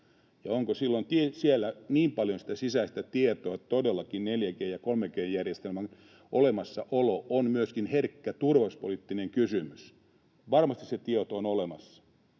Onko silloin siellä niin paljon sitä sisäistä tietoa, että todellakin 4G- ja 3G-järjestelmän olemassaolo on myöskin herkkä turvallisuuspoliittinen kysymys? Varmasti se tieto on olemassa.